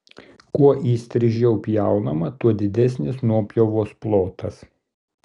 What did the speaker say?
kuo įstrižiau pjaunama tuo didesnis nuopjovos plotas